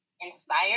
inspired